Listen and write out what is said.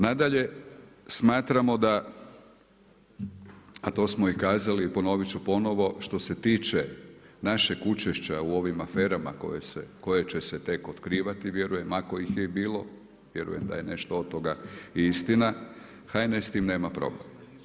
Nadalje, smatramo da, a to smo i kazali i ponoviti ću ponovno što se tiče našeg učešća u ovim aferama koje će se tek otkrivati vjerujem, ako ih je i bilo, vjerujem da je nešto od toga i istina, HNS s time nema problem.